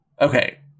Okay